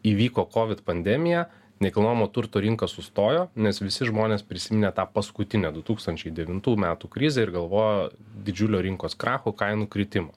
įvyko covid pandemija nekilnojamo turto rinka sustojo nes visi žmonės prisiminė tą paskutinę du tūkstančiai devintų metų krizę ir galvojo didžiulio rinkos kracho kainų kritimo